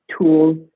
tools